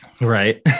right